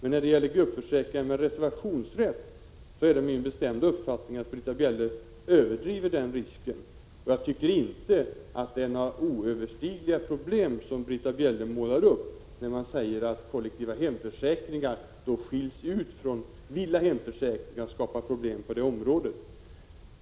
När det gäller gruppförsäkringar med reservationsrätt är det däremot min bestämda uppfattning att Britta Bjelle överdriver riskerna. Jag tycker inte att det finns några oöverstigliga problem, något som däremot Britta Bjelle målar upp när hon säger att kollektiva hemförsäkringar skiljer ut sig från villa/hem-försäkringar och skapar problem på det området.